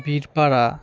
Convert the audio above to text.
Birpara